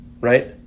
right